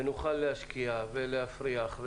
ונוכל להשקיע ולהפריח.